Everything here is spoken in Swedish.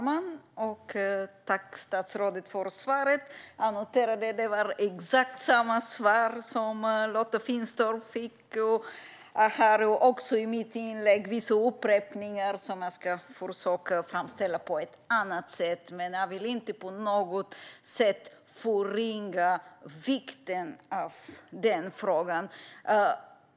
Fru talman! Tack, statsrådet, för svaret! Jag noterade att det var exakt samma svar som Lotta Finstorp fick. Jag har också i mitt inlägg vissa upprepningar som jag ska försöka framställa på ett annat sätt, men jag vill inte på något sätt förringa vikten av den frågan.